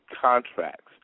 contracts